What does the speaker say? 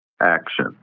action